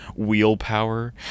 wheelpower